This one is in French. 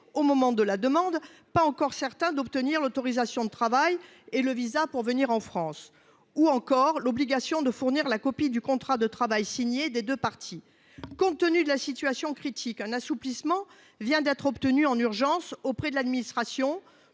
au moment de la demande, d’obtenir l’autorisation de travail et son visa pour venir en France. Je citerai également l’obligation de fournir la copie du contrat de travail signé par les deux parties. Compte tenu de la situation critique, un assouplissement vient d’être obtenu en urgence auprès de l’administration